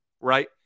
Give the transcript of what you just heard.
right